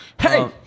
Hey